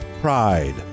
pride